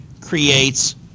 creates